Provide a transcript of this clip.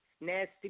nasty